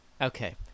Okay